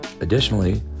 Additionally